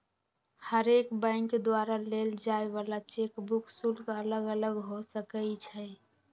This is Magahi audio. हरेक बैंक द्वारा लेल जाय वला चेक बुक शुल्क अलग अलग हो सकइ छै